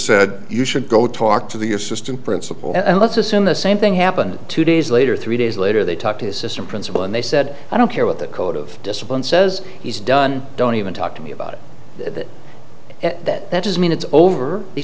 said you should go talk to the assistant principal and let's assume the same thing happened two days later three days later they talked to his sister principal and they said i don't care what the code of discipline says he's done don't even talk to me about it at that that is mean it's over he